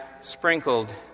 sprinkled